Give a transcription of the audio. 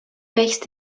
wächst